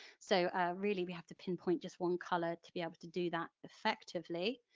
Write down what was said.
so really we have to pinpoint just one colour to be able to do that effectively.